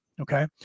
Okay